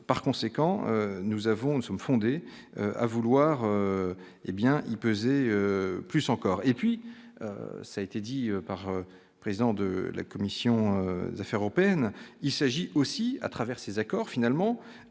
avons, nous sommes fondés à vouloir, hé bien il pesait plus encore et puis ça a été dit par le président de la commission des affaires européennes, il s'agit aussi à travers ces accords finalement